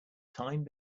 time